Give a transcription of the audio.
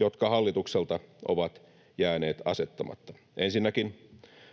jotka hallitukselta ovat jääneet asettamatta. Ensinnäkin,